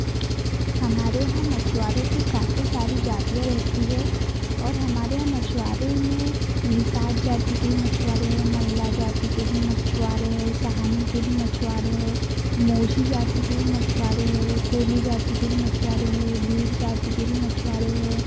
हमारे यहाँ मछुआरों की काफ़ी सारी जातिया रहती हैं और हमारे यहाँ मछुआरे में निषाद जाति के भी मछुआरे है मल्लाह जाति के भी मछुआरे हैं सहानी के भी मछुआरे हैं मोझी जाति के भी मछुआरे हैं कोली जाति के भी मछुआरे हैं भील जाति के भी मछुआरे हैं